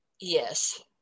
yes